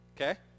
Okay